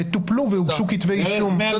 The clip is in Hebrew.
טופלו והוגשו כתבי אישום?